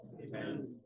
Amen